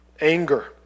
anger